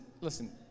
listen